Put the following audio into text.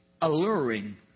alluring